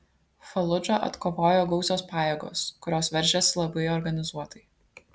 faludžą atkovojo gausios pajėgos kurios veržėsi labai organizuotai